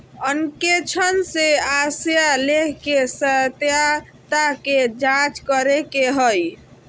अंकेक्षण से आशय लेख के सत्यता के जांच करे के हइ